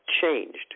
changed